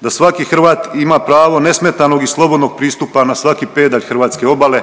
da svaki Hrvat ima pravo nesmetanog i slobodnog pristupa na svaki pedalj hrvatske obale,